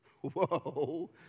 Whoa